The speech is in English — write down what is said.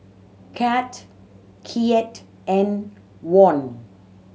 CAD Kyat and Won